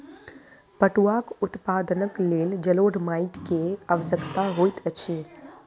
पटुआक उत्पादनक लेल जलोढ़ माइट के आवश्यकता होइत अछि